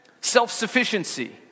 self-sufficiency